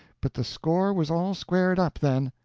but the score was all squared up, then.